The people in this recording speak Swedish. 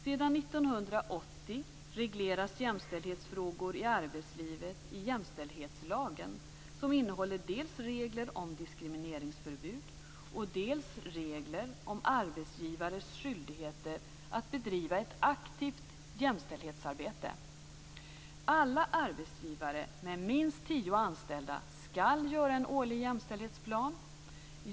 Sedan 1980 regleras jämställdhetsfrågor i arbetslivet i jämställdhetslagen, som innehåller dels regler om diskrimineringsförbud, dels regler om arbetsgivares skyldigheter att bedriva ett aktivt jämställdhetsarbete. Alla arbetsgivare med minst tio anställda skall göra en årlig jämställdhetsplan.